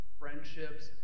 friendships